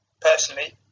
personally